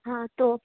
हाँ तो